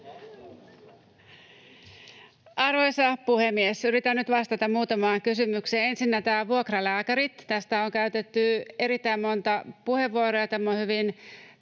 Arvoisa puhemies! Yritän nyt vastata muutamaan kysymykseen. Ensinnä nämä vuokralääkärit. Tästä on käytetty erittäin monta puheenvuoroa, ja sanotaanko,